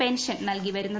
pension നൽകിവരുന്നത്